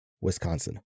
Wisconsin